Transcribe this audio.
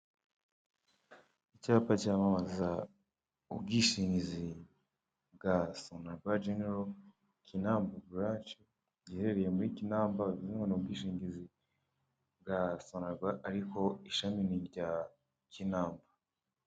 Icyapa cyamamaza, ubwishingizi, bwa sonarwa jenero kinamba buranshe, giherereye muri kinamba bivuzengo n' ubwishingizi bwa sonarwa ariko ishami nirya kinamba.